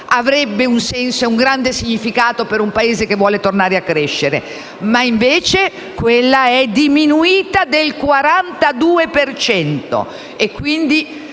avrebbe un senso e un grande significato per un Paese che volesse tornare a crescere. Invece quella è diminuita del 42